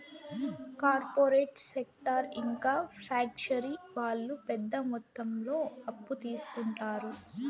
corporate sector ఇంకా factory వాళ్ళు పెద్ద మొత్తంలో అప్పు తీసుకుంటారు